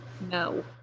No